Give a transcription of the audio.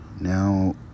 Now